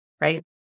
right